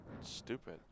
stupid